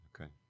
Okay